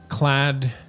clad